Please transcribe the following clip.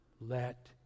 let